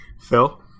Phil